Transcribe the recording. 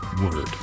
word